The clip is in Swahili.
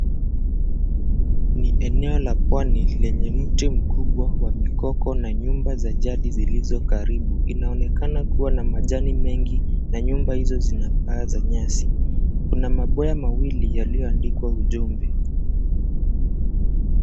Ni eneo la pwani lenye mti mkubwa wa mikoko na nyumba za jadi zilizo karibu, inaonekana kuwa na majani mengi na nyumba hizo zina paa za nyasi. Kuna maboya mawili yalioandikwa ujumbe.